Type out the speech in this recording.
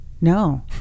No